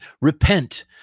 Repent